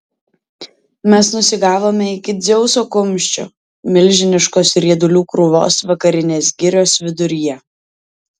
mes nusigavome iki dzeuso kumščio milžiniškos riedulių krūvos vakarinės girios viduryje